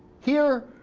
here,